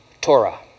Torah